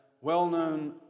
well-known